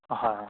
হয় হয় অঁ